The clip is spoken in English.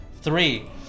Three